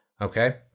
Okay